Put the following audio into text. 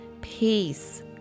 peace